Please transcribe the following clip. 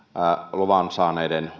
luvan saaneiden